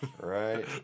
Right